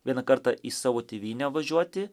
vieną kartą į savo tėvynę važiuoti